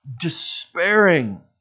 despairing